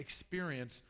experience